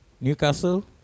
Newcastle